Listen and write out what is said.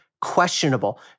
questionable